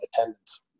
attendance